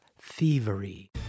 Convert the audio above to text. thievery